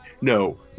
no